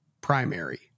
primary